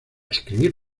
escribir